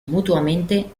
mutuamente